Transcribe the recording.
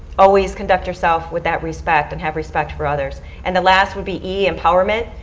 always conduct yourself with that respect and have respect for others. and the last would be e. empowerment.